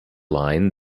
line